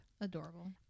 Adorable